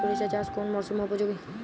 সরিষা চাষ কোন মরশুমে উপযোগী?